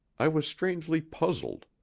i was strangely puzzled.